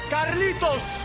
Carlitos